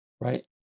right